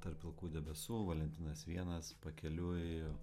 tarp pilkų debesų valentinas vienas pakeliui